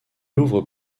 ouvrent